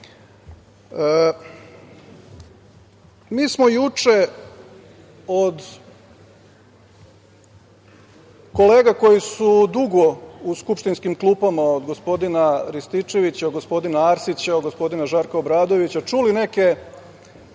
smo juče od kolega koji su dugo u skupštinskim klupama, od gospodina Rističevića, gospodina Arsića, gospodina Žarka Obradovića, čuli neke